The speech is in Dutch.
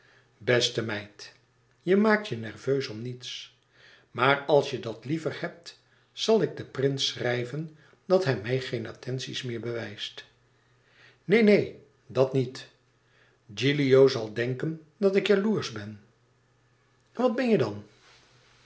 beste meid je maakt je nerveus om niets maar als je dat liever hebt zal ik den prins schrijven dat hij mij geen attenties meer bewijst neen neen dat niet gilio zal denken dat ik jaloersch ben e ids aargang at ben je dan